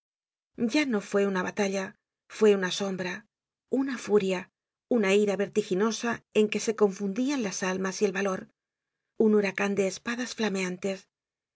ya no fue una batalla fue una sombra una furia una ira vertiginosa en que se confundian las almas y el valor un huracan de espadas flameantes